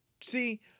See